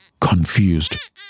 confused